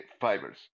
fibers